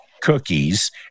cookies